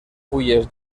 fulles